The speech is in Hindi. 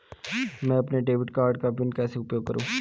मैं अपने डेबिट कार्ड का पिन कैसे उपयोग करूँ?